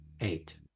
eight